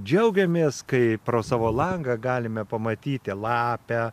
džiaugiamės kai pro savo langą galime pamatyti lapę